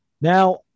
Now